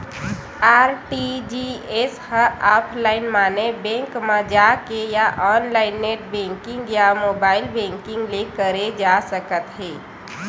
RTGS ह offline माने bank म जाके या ऑनलाईन नेट बेंकिंग या मोबाईल बेंकिंग ले करे जा सकत हे